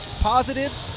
positive